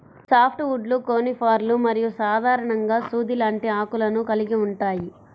soft వుడ్లు కోనిఫర్లు మరియు సాధారణంగా సూది లాంటి ఆకులను కలిగి ఉంటాయి